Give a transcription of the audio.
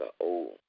old